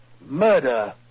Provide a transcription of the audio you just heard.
Murder